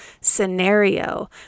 scenario